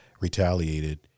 retaliated